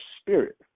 spirit